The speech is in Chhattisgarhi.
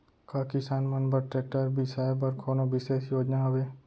का किसान मन बर ट्रैक्टर बिसाय बर कोनो बिशेष योजना हवे?